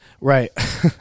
Right